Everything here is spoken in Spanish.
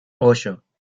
ocho